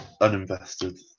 uninvested